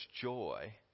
joy